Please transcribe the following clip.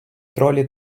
тролі